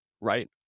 Right